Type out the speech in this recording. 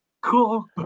cool